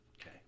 Okay